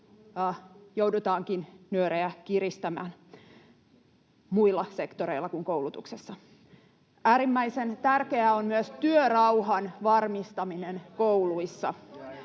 joudutaankin nyörejä kiristämään muilla sektoreilla kuin koulutuksessa. Äärimmäisen tärkeää on myös työrauhan varmistaminen kouluissa.